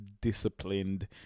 disciplined